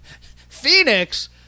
Phoenix